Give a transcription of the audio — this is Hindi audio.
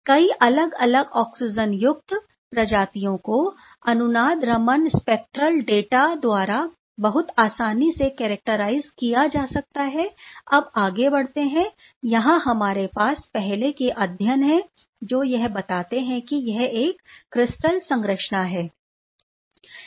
कई अलग अलग ऑक्सीजन युक्त प्रजातियों को अनुनाद रमन स्पेक्ट्रल डेटा द्वारा बहुत आसानी से कैरक्टराइज किया जा सकता है अब आगे बढ़ते हैं यहां हमारे पास पहले के अध्ययन है जो यह बताते है कि यह एक क्रिस्टल संरचना है